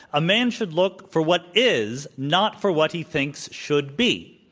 a man should look for what is, not for what he thinks should be,